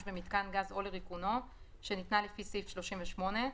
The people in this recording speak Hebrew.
במיתקן גז או לריקונו שניתנה לפי סעיף 38,